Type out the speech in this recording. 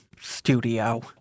studio